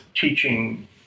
teaching